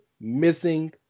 missing